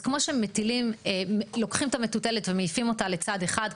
אז כמו שלוקחים את המטוטלת ומעיפים אותה לצד אחד,